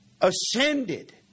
ascended